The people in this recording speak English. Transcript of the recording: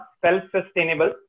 self-sustainable